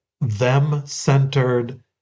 them-centered